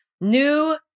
new